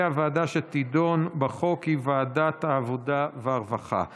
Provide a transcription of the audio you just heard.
לוועדת העבודה והרווחה נתקבלה.